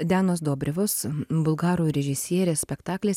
dianos dobrivos bulgarų režisierės spektaklis